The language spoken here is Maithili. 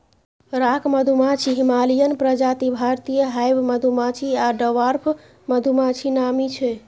राँक मधुमाछी, हिमालयन प्रजाति, भारतीय हाइब मधुमाछी आ डवार्फ मधुमाछी नामी छै